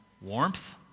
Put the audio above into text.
warmth